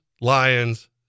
Lions